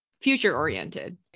future-oriented